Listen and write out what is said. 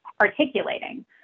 articulating